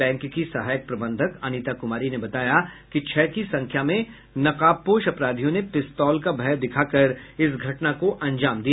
bank की सहायक प्रबंधक अनिता कुमारी ने बताया कि छह की संख्या में नकाबपोश अपराधियों ने पिस्तौल का भय दिखाकर इस घटना को अंजाम दिया